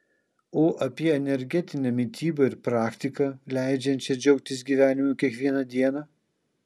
o apie energetinę mitybą ir praktiką leidžiančią džiaugtis gyvenimu kiekvieną dieną